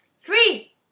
Three